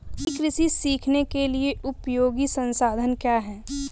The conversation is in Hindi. ई कृषि सीखने के लिए उपयोगी संसाधन क्या हैं?